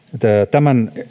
tämän